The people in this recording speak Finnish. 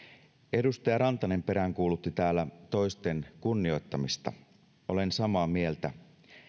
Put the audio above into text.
edustaja rantanen peräänkuulutti täällä toisten kunnioittamista olen samaa mieltä